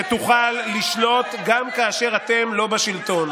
שתוכל לשלוט גם כאשר אתם לא בשלטון,